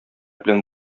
белән